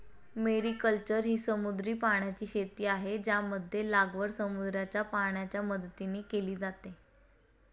mariculture ही समुद्री पाण्याची शेती आहे, ज्यामध्ये लागवड समुद्राच्या पाण्याच्या मदतीने केली जाते